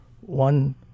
one